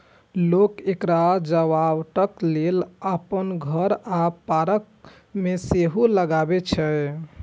लोक एकरा सजावटक लेल अपन घर आ पार्क मे सेहो लगबै छै